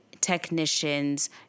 technicians